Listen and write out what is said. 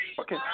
Okay